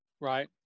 Right